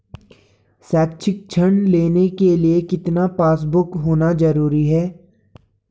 शैक्षिक ऋण लेने के लिए कितना पासबुक होना जरूरी है?